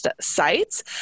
sites